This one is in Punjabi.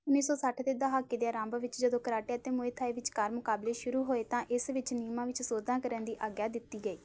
ਉੱਨੀ ਸੌ ਸੱਠ ਦੇ ਦਹਾਕੇ ਦੇ ਅਰੰਭ ਵਿੱਚ ਜਦੋਂ ਕਰਾਟੇ ਅਤੇ ਮੁਈ ਥਾਈ ਵਿਚਕਾਰ ਮੁਕਾਬਲੇ ਸ਼ੁਰੂ ਹੋਏ ਤਾਂ ਇਸ ਵਿੱਚ ਨਿਯਮਾਂ ਵਿੱਚ ਸੋਧਾਂ ਕਰਨ ਦੀ ਆਗਿਆ ਦਿੱਤੀ ਗਈ